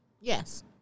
Yes